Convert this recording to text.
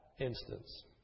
instance